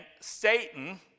Satan